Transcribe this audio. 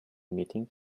meeting